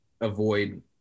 avoid